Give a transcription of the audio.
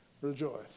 rejoice